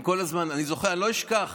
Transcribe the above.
אני לא אשכח,